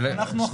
אנחנו חברי כנסת.